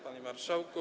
Panie Marszałku!